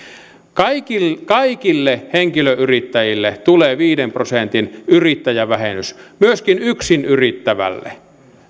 kaikille kaikille henkilöyrittäjille tulee viiden prosentin yrittäjävähennys myöskin yksinyrittävälle